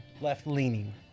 left-leaning